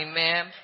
amen